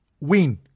win